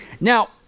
Now